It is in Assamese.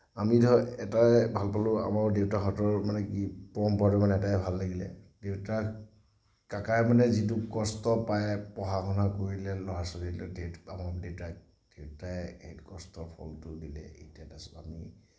এটাই ভাল পালোঁ আমাৰ দেউতাহঁত মানে কি পৰম্পৰা এটাই ভাল লাগিলে কাকাই মানে যিটো কষ্ট পাই পঢ়া শুনা কৰিলে লৰা ছোৱালী আমাৰ দেতাক দেউতাই সেই কষ্টৰ ফলটো দিলে তাৰপিছত আমি